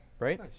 Right